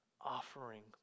offering